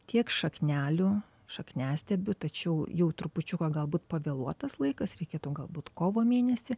tiek šaknelių šakniastiebių tačiau jau trupučiuką galbūt pavėluotas laikas reikėtų galbūt kovo mėnesį